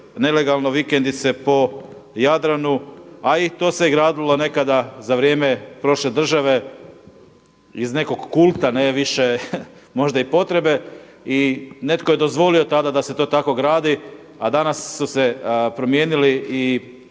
nelegalno vikendice po Jadranu, a i to se gradilo nekada za vrijeme prošle države iz nekog kulta, ne više možda i potrebe. I netko je dozvolio tada da se to tako gradi, a danas su se promijenili i